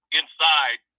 inside